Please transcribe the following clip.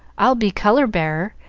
i'll be color-bearer,